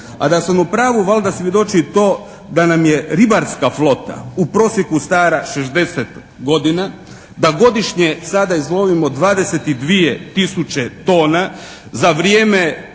A da sam u pravu valjda svjedoči i to da nam je ribarska flota u prosjeku stara 60 godina. Da godišnje sada izvozimo 22 tisuće tona. Za vrijeme